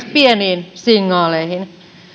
pieniin signaaleihin